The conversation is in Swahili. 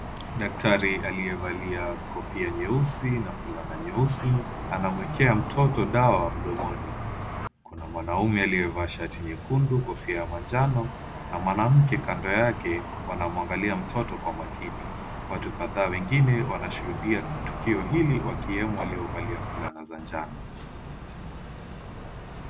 Daktari aliyevalia kofia nyeusi na fulana nyeusi, anamuekea mtoto dawa mdomoni. Kuna mwanaume aliyevaa shati jekundu na kofia ya manjano na mwanamke kando yake, wanamuangalia mtoto kwa makini. Watu wengine kadhaa wanashuhudia tukio hili wakiwemo waliovalia fulana za njano.